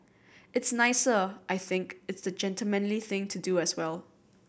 it's nicer I think it's the gentlemanly thing to do as well